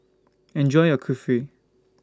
Enjoy your Kulfi